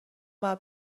باید